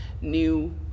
new